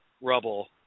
rubble